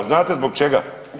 Znate zbog čega?